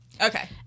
Okay